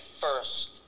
first